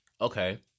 Okay